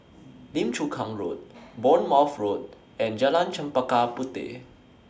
Lim Chu Kang Road Bournemouth Road and Jalan Chempaka Puteh